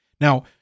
Now